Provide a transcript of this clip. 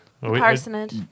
Parsonage